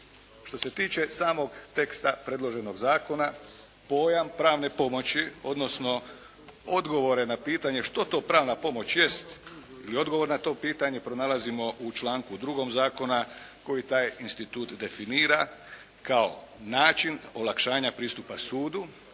Što se tiče samog teksta predloženog zakona pojam pravne pomoći, odnosno odgovore na pitanje što to pravna pomoć jest, i odgovor na to pitanje pronalazimo u članku 2. Zakona koji taj institut definira kao način olakšanja pristupa sudu,